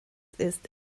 ist